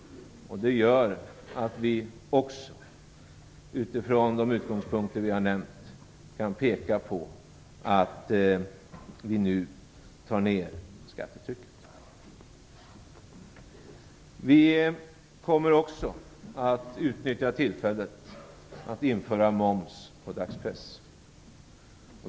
Det gör att vi utifrån de utgångspunkter som jag har nämnt också kan peka på att vi nu sänker skattetrycket. Vi kommer också att utnyttja tillfället att införa moms på dagspress.